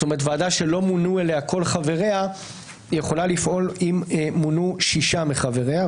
ועדה שלא מונו אליה כל חבריה יכולה לפעול אם מונו שישה מחבריה,